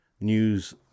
news